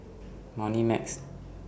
Moneymax